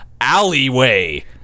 alleyway